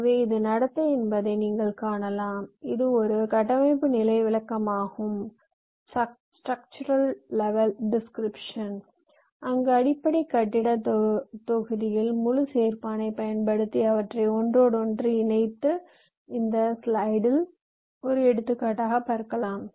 எனவே இது நடத்தை என்பதை நீங்கள் காணலாம் இது ஒரு கட்டமைப்பு நிலை விளக்கமாகும் அங்கு அடிப்படை கட்டிடத் தொகுதியில் முழு சேர்பானை பயன்படுத்தி அவற்றை ஒன்றோடொன்று இணைத்து இந்த ஸ்லைடிலும் பார்க்கலாம்